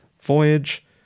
Voyage